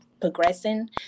progressing